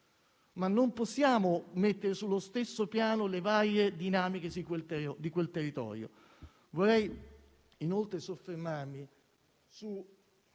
ma non possiamo mettere sullo stesso piano le varie dinamiche di quel territorio. Vorrei inoltre soffermarmi su